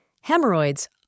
Hemorrhoids